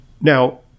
Now